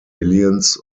aliens